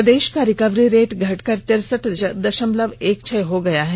प्रदेश का recovery rate घटकर तिरसठ दशमलव एक छह हो गया है